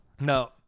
No